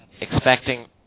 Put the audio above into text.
expecting